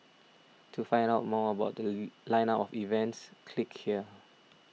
to find out more about The Line up of events click here